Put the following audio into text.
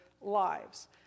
lives